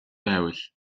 байвал